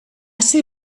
ser